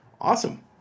awesome